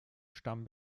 stamm